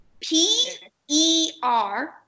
P-E-R